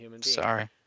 Sorry